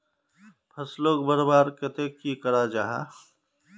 फसलोक बढ़वार केते की करा जाहा?